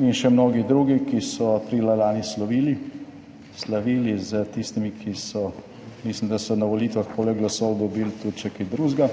in še mnogi drugi, ki so aprila lani slavili, slavili s tistimi, ki so, mislim, da so na volitvah poleg glasov dobili tudi še kaj drugega.